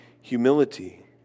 humility